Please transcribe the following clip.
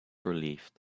relieved